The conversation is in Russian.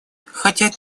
хотят